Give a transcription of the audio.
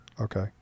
Okay